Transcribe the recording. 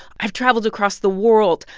i've traveled across the world.